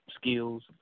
skills